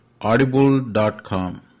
audible.com